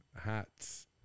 hats